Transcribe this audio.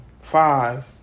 five